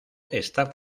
está